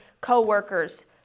coworkers